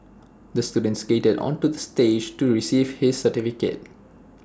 the student skated onto the stage to receive his certificate